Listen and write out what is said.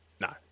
No